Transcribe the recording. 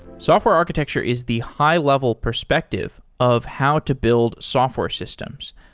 software architecture is the high-level perspective of how to build software systems.